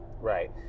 Right